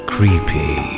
Creepy